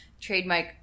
trademark